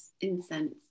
incense